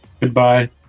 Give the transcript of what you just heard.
Goodbye